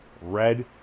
Red